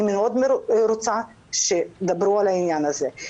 אני מאוד רוצה שתדברו על העניין הזה.